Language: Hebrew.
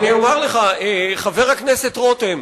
אני אומר לך, חבר הכנסת רותם,